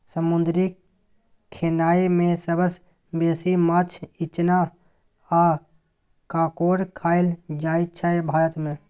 समुद्री खेनाए मे सबसँ बेसी माछ, इचना आ काँकोर खाएल जाइ छै भारत मे